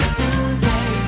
today